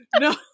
No